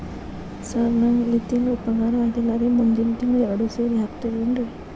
sir ನಂಗ ಈ ತಿಂಗಳು ಪಗಾರ ಆಗಿಲ್ಲಾರಿ ಮುಂದಿನ ತಿಂಗಳು ಎರಡು ಸೇರಿ ಹಾಕತೇನ್ರಿ